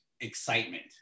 excitement